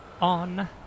on